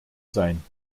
sein